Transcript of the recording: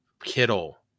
Kittle